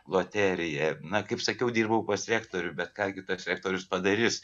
loterija na kaip sakiau dirbau pas rektorių bet ką gi tas rektorius padarys